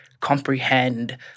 comprehend